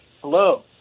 Hello